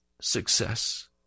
success